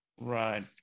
Right